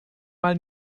mal